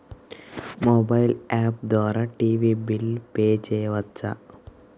Mobile app ద్వారా TV bill pay చేయవచ్చా?